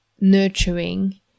nurturing